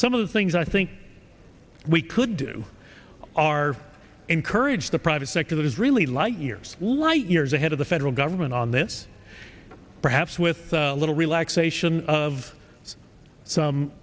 some of the things i think we could do are encourage the private sector that is really light years light years ahead of the federal government on this perhaps with a little relaxation of some